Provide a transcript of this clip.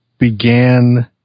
began